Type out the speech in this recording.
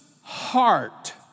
heart